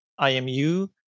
IMU